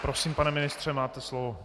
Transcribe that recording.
Prosím, pane ministře, máte slovo.